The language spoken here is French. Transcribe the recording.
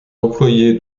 employés